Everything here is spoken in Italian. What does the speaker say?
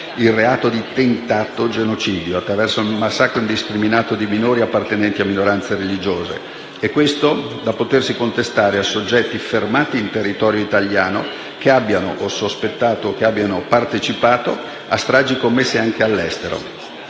il reato di tentato genocidio, in caso di massacro indiscriminato di minori appartenenti a minoranze religiose, da potersi contestare a soggetti fermati in territorio italiano, sospettati di aver partecipato a stragi commesse anche all'estero,